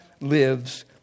lives